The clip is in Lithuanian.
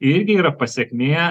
irgi yra pasekmė